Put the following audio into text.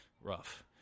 rough